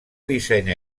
disseny